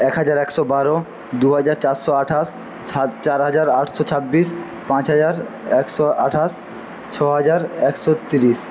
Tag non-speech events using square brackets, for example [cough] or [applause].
এক হাজার একশো বারো দু হাজার চারশো আঠাশ [unintelligible] চার হাজার আটশো ছাব্বিশ পাঁচ হাজার একশো আঠাশ ছ হাজার একশো তিরিশ